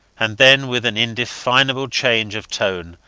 and then, with an indefinable change of tone,